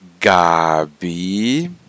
Gabi